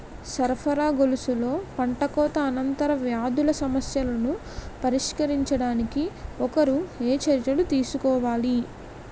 సరఫరా గొలుసులో పంటకోత అనంతర వ్యాధుల సమస్యలను పరిష్కరించడానికి ఒకరు ఏ చర్యలు తీసుకోవాలి?